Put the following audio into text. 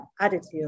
attitude